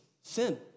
sin